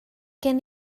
gen